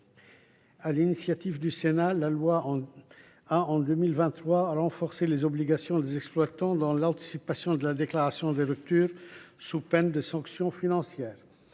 l’initiative du Sénat, la loi a renforcé en 2023 les obligations des exploitants en matière d’anticipation et de déclaration des ruptures, sous peine de sanction financière.